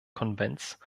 konvents